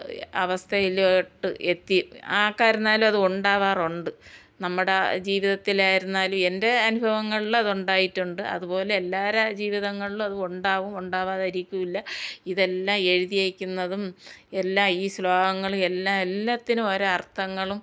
അവസ്ഥയിലോട്ട് എത്തി ആർക്കായിരുന്നാലും അത് ഉണ്ടാകാറുണ്ട് നമ്മുടെ ജീവിതത്തിലായിരുന്നാലും എൻ്റെ അനുഭവങ്ങളിലതുണ്ടായിട്ടുണ്ട് അതുപോലെ എല്ലാവരുടെയും ജീവിതങ്ങളും അത് ഉണ്ടാവും ഉണ്ടാവാതെ ഇരിക്കില്ല ഇതെല്ലാം എഴുതിയേക്കുന്നതും എല്ലാം ഈ ശ്ലോകങ്ങൾ എല്ലാം എല്ലാത്തിനും ഓരോ അർത്ഥങ്ങളും